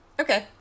Okay